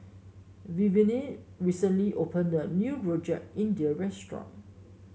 Vivienne recently opened a new Rojak India restaurant